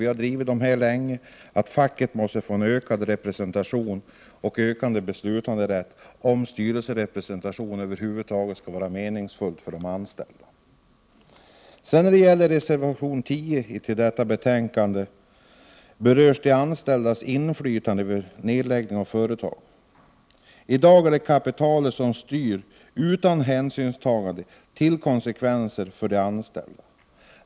Vpk har länge drivit kravet att facket måste få ökad representation och ökad beslutanderätt, om styrelserepresentation över huvud taget skall vara meningsfull för de anställda. I reservation 10 till detta betänkande berörs de anställdas inflytande vid nedläggning av företag. I dag är det kapitalet som styr, utan hänsynstagande till konsekvenser för de anställda.